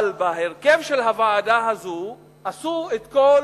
אבל בהרכב של הוועדה הזאת עשו את כל